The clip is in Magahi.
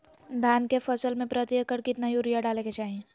धान के फसल में प्रति एकड़ कितना यूरिया डाले के चाहि?